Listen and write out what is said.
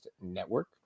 network